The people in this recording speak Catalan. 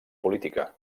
política